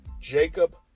Jacob